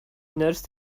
notice